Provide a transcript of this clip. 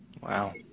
Wow